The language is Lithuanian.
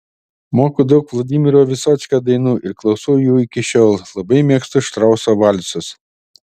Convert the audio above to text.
moku daug vladimiro vysockio dainų ir klausau jų iki šiol labai mėgstu štrauso valsus